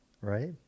right